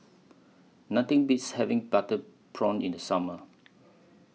Nothing Beats having Butter Prawn in The Summer